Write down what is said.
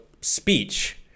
speech